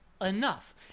Enough